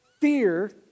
fear